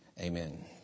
Amen